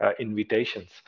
invitations